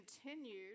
continued